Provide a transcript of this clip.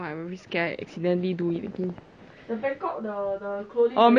(uh huh) as in like the kathlyn